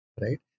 right